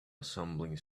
assembling